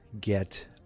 get